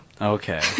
okay